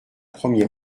premier